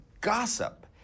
gossip